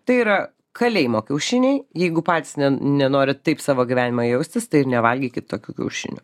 tai yra kalėjimo kiaušiniai jeigu patys nenori taip savo gyvenimą jaustis tai ir nevalgykit tokių kiaušinių